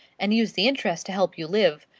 and use the interest to help you live,